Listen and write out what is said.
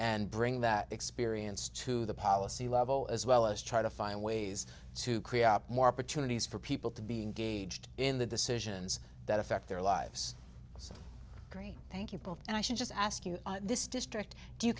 and bring that experience to the policy level as well as try to find ways to create more opportunities for people to be gauged in the decisions that affect their lives gary thank you both and i should just ask you this district do you